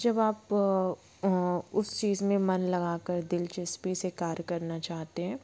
जब आप उस चीज में मन लगाकर दिलचस्पी से कार्य करना चाहते हैं